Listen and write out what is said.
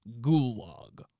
Gulag